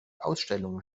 ausstellungen